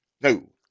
No